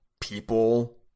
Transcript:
people